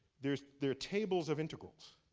there's there's tables of integrals.